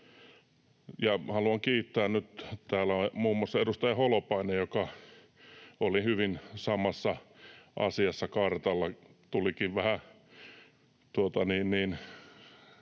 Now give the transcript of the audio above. Haluan kiittää täällä nyt edustaja Holopaista, joka oli hyvin samassa asiassa kartalla